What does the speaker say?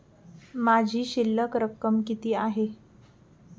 माझी शिल्लक रक्कम किती आहे?